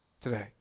today